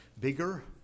bigger